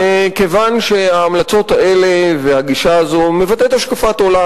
כיוון שההמלצות האלה והגישה הזו מבטאות השקפת עולם.